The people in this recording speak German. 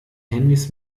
handys